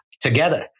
together